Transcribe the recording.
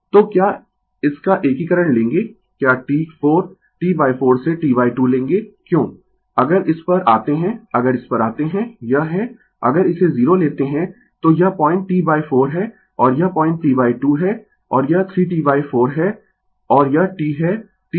Refer Slide Time 2557 तो क्या इसका एकीकरण लेंगें क्या T 4 T 4 से T 2 लेंगें क्यों अगर इस पर आते है अगर इस पर आते है यह है अगर इसे 0 लेते है तो यह पॉइंट T 4 है और यह पॉइंट T 2 है और यह 3 T 4 है और यह T है